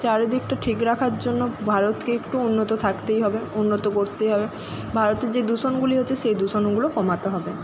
চারিদিকটা ঠিক রাখার জন্য ভারতকে একটু উন্নত থাকতেই হবে উন্নত করতেই হবে ভারতে যে দূষণগুলি হচ্ছে সেই দূষণগুলো কমাতে হবে